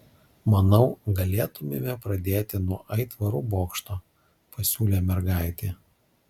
manau galėtumėme pradėti nuo aitvarų bokšto pasiūlė mergaitė